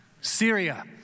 Syria